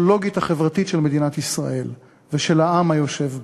הפסיכולוגית-חברתית של מדינת ישראל ושל העם היושב בה.